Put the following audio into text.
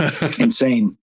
insane